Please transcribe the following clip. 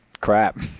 crap